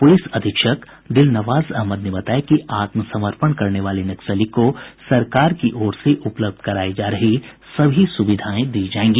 police अधीक्षक दिलनवाज अहमद ने बताया कि आत्मसमर्पण करने वाले नक्सली को सरकार की ओर से उपलब्ध करायी जा रही सभी सुविधाएं दी जायेंगी